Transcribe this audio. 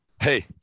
hey